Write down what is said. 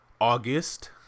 august